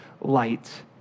light